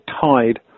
tied